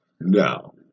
Now